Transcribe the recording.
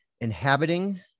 inhabiting